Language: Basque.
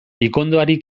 pikondoari